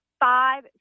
five